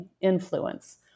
influence